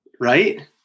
Right